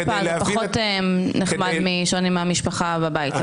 זה פחות נחמד מלישון עם המשפחה בבית.